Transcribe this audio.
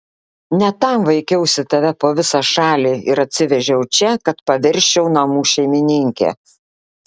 ne tam vaikiausi tave po visą šalį ir atsivežiau čia kad paversčiau namų šeimininke